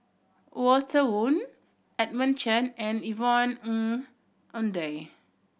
Walter Woon Edmund Chen and Yvonne Ng Uhde